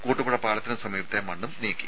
കൂട്ടുപുഴ പാലത്തിന് സമീപത്തെ മണ്ണ് നീക്കി